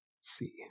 see